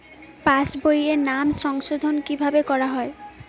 পাশ বইয়ে নাম সংশোধন কিভাবে করা হয়?